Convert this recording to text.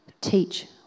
teach